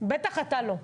בטח אתה לא,